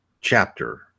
chapter